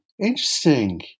Interesting